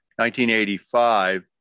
1985